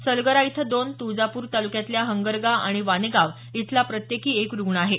सलगरा इथं दोन तुळजापूर तालुक्यातल्या हंगरगा आणि वानेगाव इथला प्रत्येकी एक रुग्ण आहे